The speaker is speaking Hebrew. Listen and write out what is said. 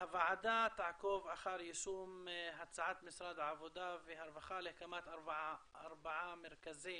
הוועדה תעקוב אחר יישום הצעת משרד העבודה והרווחה על הקמת ארבעה מרכזי